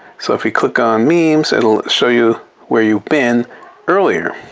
so if you click on memes. it'll show you where you've been earlier